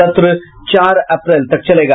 सत्र चार अप्रैल तक चलेगा